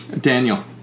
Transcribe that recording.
Daniel